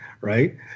right